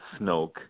Snoke